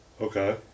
Okay